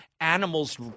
animals